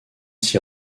s’y